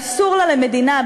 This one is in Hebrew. ואסור לה למדינה,